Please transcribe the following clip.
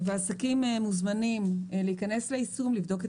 עסקים מוזמנים להיכנס ליישום ולבדוק את